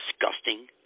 disgusting